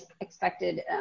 expected